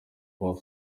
paul